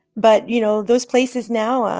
but, you know, those places now,